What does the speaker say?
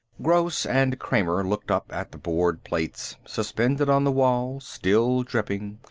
gross and kramer looked up at the board plates, suspended on the wall, still dripping,